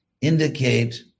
indicate